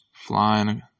flying